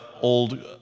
old